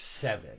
seven